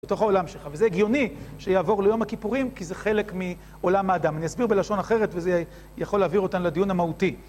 לתוך העולם שלך, וזה הגיוני שיעבור ליום הכיפורים כי זה חלק מעולם האדם. אני אסביר בלשון אחרת וזה יכול להעביר אותן לדיון המהותי.